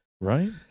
Right